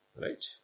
Right